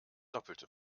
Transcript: doppelte